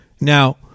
Now